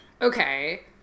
okay